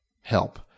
help